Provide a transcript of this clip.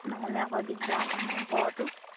নহ'লে আকৌ দিগদাৰ হ'ব নহয় ঘৰতো